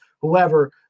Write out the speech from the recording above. whoever